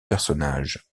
personnage